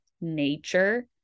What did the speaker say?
nature